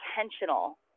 intentional